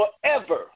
forever